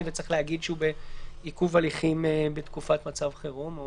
ושהוא צריך להגיד שהוא בעיכוב הליכים בתקופת מצב חירום?